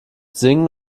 singen